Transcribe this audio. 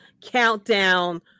countdown